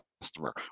customer